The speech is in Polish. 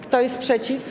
Kto jest przeciw?